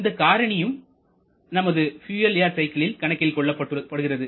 இந்த காரணியும் நமது பியூயல் ஏர் சைக்கிளில் கணக்கில் கொள்ளப்படுகிறது